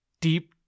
deep